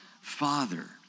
Father